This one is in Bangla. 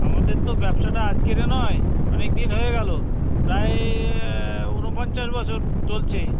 আমাদের তো ব্যবসাটা আজকের নয় অনেক দিন হয়ে গেল প্রায় উনপঞ্চাশ বছর চলছে